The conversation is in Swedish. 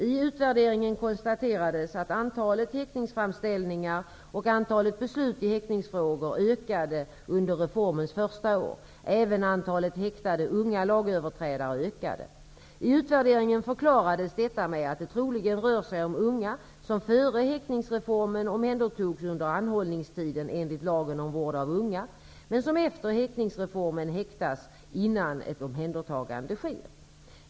I utvärderingen konstaterades att antalet häktningsframställningar och antalet beslut i häktningsfrågor ökade under reformens första år. utvärderingen förklarades detta med att det troligen rör sig om unga, som före häktningsreformen omhändertogs under anhållningstiden enligt lagen om vård av unga, men som efter häktningsreformen häktas innan ett omhändertagande sker.